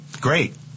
Great